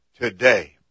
today